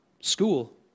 school